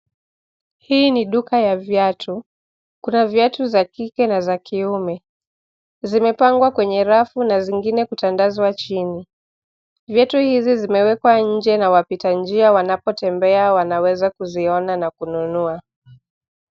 Hii ni duka ya viatu, kuna viatu za kike na za kiume. Zimepangwa kwenye rafu na zingine kutandazwa chini. Viatu hizi zimewekwa nje na wapita njia wanapotembea wanaweza kuziona na kununua.